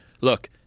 look